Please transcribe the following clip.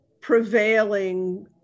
prevailing